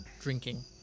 drinking